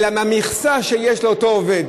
אלא מהמכסה שיש לאותו עובד,